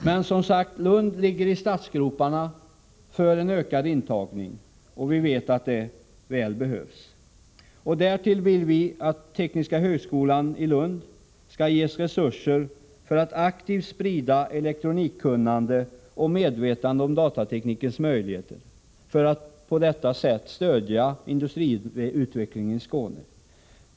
I Lund ligger man, som sagt, i startgroparna för en ökad intagning till tekniska högskolan, och vi vet att detta behövs. Därtill vill vi socialdemokrater i Skåne att tekniska högskolan i Lund skall ges resurser för att aktivt sprida elektronikkunnandet och medvetandet om datateknikens möjligheter, så att man på detta sätt kan stödja industriutvecklingen i Skåne.